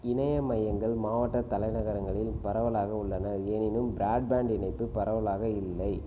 இணைய மையங்கள் மாவட்ட தலைநகரங்களில் பரவலாக உள்ளன எனினும் பிராட்பேண்ட் இணைப்பு பரவலாக இல்லை